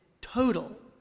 total